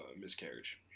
Miscarriage